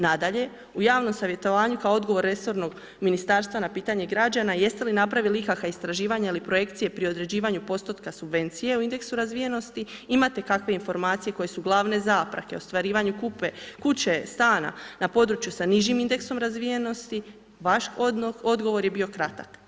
Nadalje, u javnom savjetovanju kao odgovor resornog ministarstva na pitanje građana jeste li napravili ikakva istraživanja ili projekcije pri određivanju postotka subvencije o indeksu razvijenosti, imate kakve informacije koje su glavne zapreke ostvarivanju kupnje kuće, stana na području sa nižim indeksom razvijenosti, vaš odgovor je bio kratak.